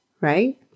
right